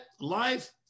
life